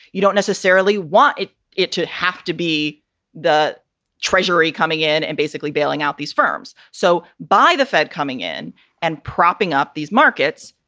you don't necessarily want it it to have to be the treasury coming in and basically bailing out these firms. so by the fed coming in and propping up these markets,